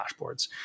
dashboards